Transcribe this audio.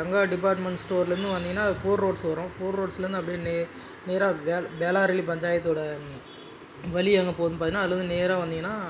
Ranga department ஸ்டோர்லேருந்து வந்திங்கன்னா ஒரு ஃபோர் ரோட்ஸ் வரும் ஃபோர் ரோட்ஸ்லேருந்து அப்டியே நேராக பேளாரஅள்ளி பஞ்சாயத்தோட வழி எங்கே போகுதுனு பார்த்திங்ன்னா அதுலேருந்து நேராக வந்திங்கன்னா